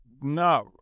No